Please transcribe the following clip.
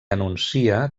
anuncia